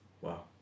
Wow